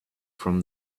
from